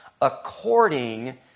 according